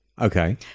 Okay